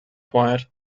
quiet